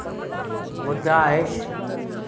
मुद्दा अछि